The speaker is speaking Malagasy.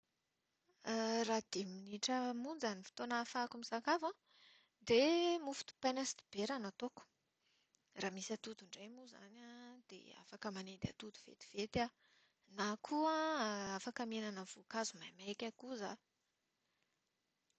Raha dimy minitra monja ny fotoana ahafahako misakafo an, dia mofo dipaina sy dibera no ataoko. Raha misy atody indray dia manendy atody vetivety aho. Na koa an, afaka mihinana voankazo maimaika koa za.